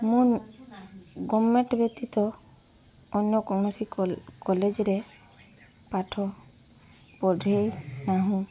ମୁଁ ଗଭର୍ଣ୍ଣମେଣ୍ଟ ବ୍ୟତୀତ ଅନ୍ୟ କୌଣସି କଲେଜ୍ରେ ପାଠ ପଢ଼ାଇ ନାହୁଁ